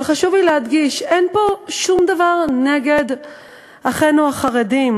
אבל חשוב לי להדגיש: אין פה שום דבר נגד אחינו החרדים.